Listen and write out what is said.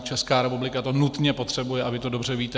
Česká republika to nutně potřebuje a vy to dobře víte.